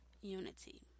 unity